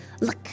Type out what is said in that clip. Look